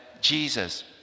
Jesus